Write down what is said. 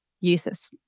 users